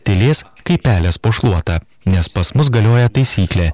tylės kaip pelės po šluota nes pas mus galioja taisyklė